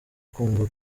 kumva